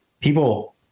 people